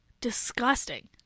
Disgusting